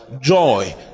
joy